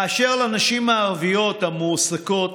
אשר לנשים הערביות המועסקות,